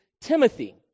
Timothy